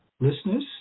listeners